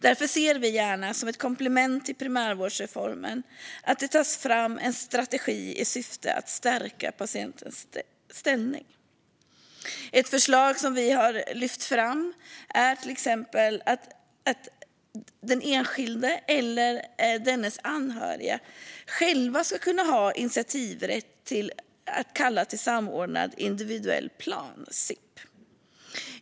Därför ser vi gärna att det som ett komplement till primärvårdsreformen tas fram en strategi med syftet att stärka patientens ställning. Ett förslag som vi har lyft fram är exempelvis att den enskilde eller dennes anhöriga själva ska ha initiativrätt när det gäller att upprätta en samordnad individuell plan, SIP.